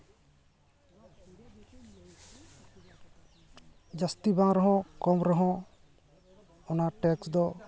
ᱡᱟᱹᱥᱛᱤ ᱵᱟᱝ ᱨᱮᱦᱚᱸ ᱠᱚᱢ ᱨᱮᱦᱚᱸ ᱚᱱᱟ ᱴᱮᱠᱥ ᱫᱚ